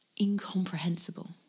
incomprehensible